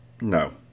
No